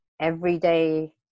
everyday